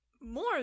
more